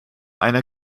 einer